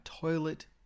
toilet